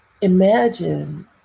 imagine